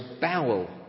bowel